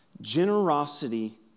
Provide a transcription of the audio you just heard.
Generosity